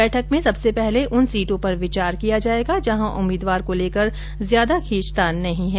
बैठक में सबसे पहले उन सीटों पर विचार किया जायेगा जहां उम्मीदवार को लेकर ज्यादा खींचतान नहीं है